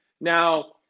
Now